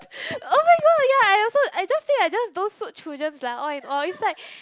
oh-my-god ya I also I just think I just don't suit childrens lah all in all it's like